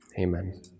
amen